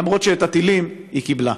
למרות שאת הטילים היא קיבלה.